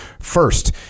first